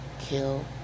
kill